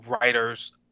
writers